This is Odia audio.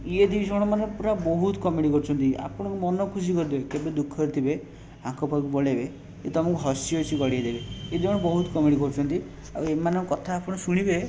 ଇଏ ଦୁଇଜଣ ମାନେ ପୂରା ବହୁତ କମେଡ଼ି କରୁଛନ୍ତି ଆପଣଙ୍କ ମନ ଖୁସି କରିଦେବେ କେବେ ଦୁଃଖରେ ଥିବେ ଆଙ୍କ ପାଖକୁ ପଳେଇବେ ଇଏ ତୁମକୁ ହସି ହସି ଗଡ଼େଇ ଦେବେ ଏଇ ଦୁଇଜଣ ବହୁତ କମେଡ଼ି କରୁଛନ୍ତି ଆଉ ଏମାନଙ୍କ କଥା ଆପଣ ଶୁଣିବେ